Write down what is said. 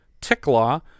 Ticklaw